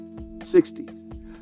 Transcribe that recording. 60s